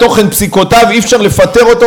ואי-אפשר לפטר אותו